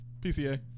PCA